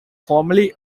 formerly